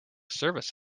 service